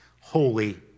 holy